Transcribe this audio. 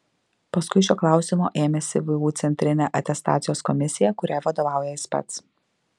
paskui šio klausimo ėmėsi vu centrinė atestacijos komisija kuriai vadovauja jis pats